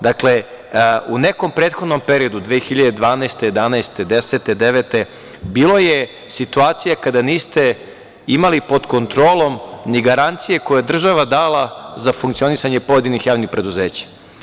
Dakle, u nekom prethodnom periodu 2012, 2011, 2010, 2009. godine bilo je situacija kada niste imali pod kontrolom ni garancije koje je država dala za funkcionisanje pojedinih javnih preduzeća.